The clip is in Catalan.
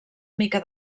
mica